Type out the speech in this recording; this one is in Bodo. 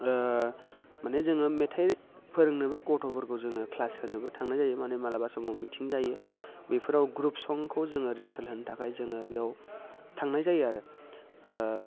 माने जोङो मेथाइ फोरोंनोबो गथ'फोरखौ जोङो क्लास होनोबो थांनाय जायो माने माब्लाबा समाव मिथिं जायो बेफोराव ग्रुप संखौ जोङो रिहर्सल होनो थाखाय जोङो बेयाव थांनाय जायो आरो